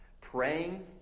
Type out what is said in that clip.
praying